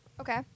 Okay